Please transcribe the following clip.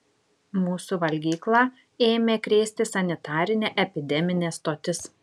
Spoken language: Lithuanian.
mūsų valgyklą ėmė krėsti sanitarinė epideminė stotis